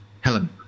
Helen